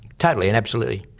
totally and absolutely.